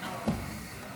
עמיתיי